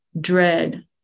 dread